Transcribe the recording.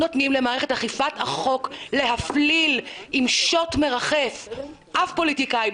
למערכת אכיפת החוק להפליל עם שוט מרחף אף פוליטיקאי,